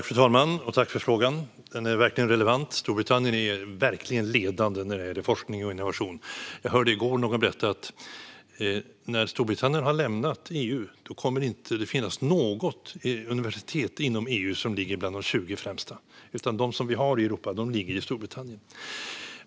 Fru talman! Tack för frågan! Den är verkligen relevant. Storbritannien är ledande när det gäller forskning och innovation. Jag hörde i går någon berätta att när Storbritannien har lämnat EU kommer det inte att finnas något universitet inom EU som ligger bland de 20 främsta, utan de som vi har i Europa ligger i Storbritannien.